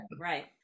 right